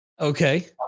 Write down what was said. Okay